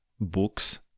books